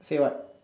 say what